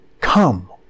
come